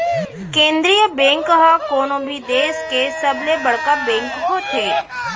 केंद्रीय बेंक ह कोनो भी देस के सबले बड़का बेंक होथे